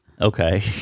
Okay